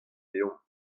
deomp